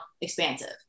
expansive